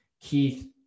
Keith